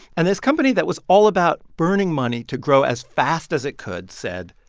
and this company that was all about burning money to grow as fast as it could said,